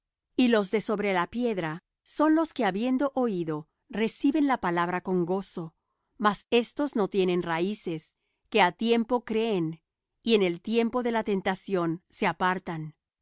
y los de sobre la piedra son los que habiendo oído reciben la palabra con gozo mas éstos no tienen raíces que á tiempo creen y en el tiempo de la tentación se apartan